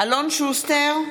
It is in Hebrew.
אלון שוסטר,